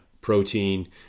protein